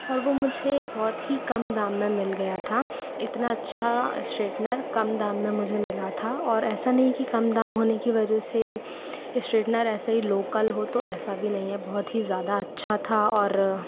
और वो मुझे बहुत ही कम दाम में मिल गया था इतना अच्छा इश्ट्रेटनर कम दाम में मुझे मिला था और ऐसा नहीं है कि कम दाम होने की वजह से इश्ट्रेटनर ऐसे ही लोकल हो तो ऐसा भी नहीं है बहुत ही ज़्यादा अच्छा था और